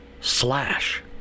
slash